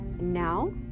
Now